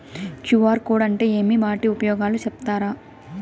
QR code అంటే ఏమి వాటి ఉపయోగాలు సెప్తారా?